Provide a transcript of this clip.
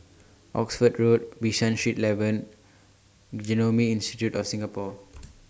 Oxford Road Bishan Street eleven and Genome Institute of Singapore